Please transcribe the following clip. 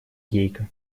гейка